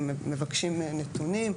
מבקשים נתונים,